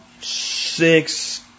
six